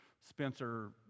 Spencer